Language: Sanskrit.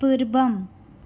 पुर्वम्